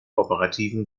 operativen